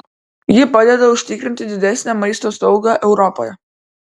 ji padeda užtikrinti didesnę maisto saugą europoje